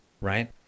Right